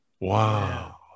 Wow